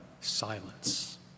silence